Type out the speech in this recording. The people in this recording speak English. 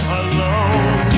alone